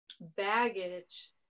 baggage